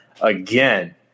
again